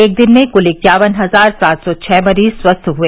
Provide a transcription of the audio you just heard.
एक दिन में क्ल इक्यावन हजार सात सौ छ मरीज स्वस्थ हुए